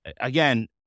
again